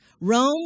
Rome